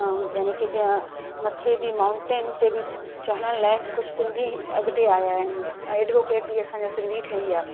ऐं यानी कि जीअं मथे बि माउंटेन ते बि चढ़ण लाइ कुझु सिंधी अॻिते आया आहिनि एडवोकेट बि असांजा सिंधी ठही विया